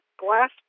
glass